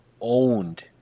owned